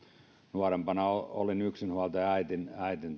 nuorempana olin yksinhuoltajaäidin